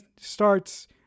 starts